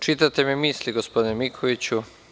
Čitate mi misli, gospodine Mikoviću.